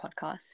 podcast